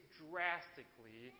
drastically